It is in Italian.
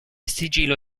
sigillo